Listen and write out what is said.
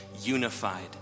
unified